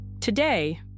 Today